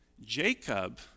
Jacob